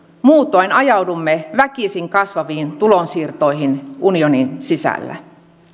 muutoin ajaudumme väkisin kasvaviin tulonsiirtoihin unionin sisällä